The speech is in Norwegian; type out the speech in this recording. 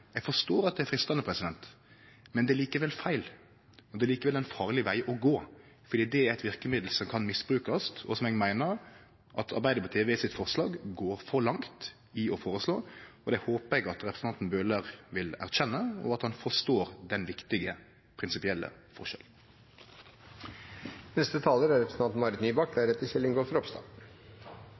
Eg forstår at det er freistande, men det er likevel feil, og det er likevel ein farleg veg å gå, for det er eit verkemiddel som kan misbrukast, og som eg meiner at Arbeidarpartiet ved sitt forslag går for langt i å føreslå, og det håper eg at representanten Bøhler vil erkjenne, og at han forstår den viktige prinsipielle forskjellen. Kan jeg først få si at jeg er veldig glad for at representanten